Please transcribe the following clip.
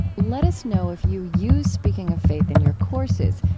let us know if you use speaking of faith in your courses.